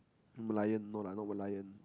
lion no lah not lion